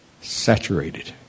saturated